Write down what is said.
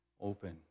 open